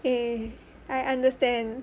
eh I understand